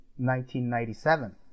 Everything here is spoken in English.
1997